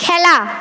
খেলা